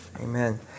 Amen